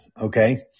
okay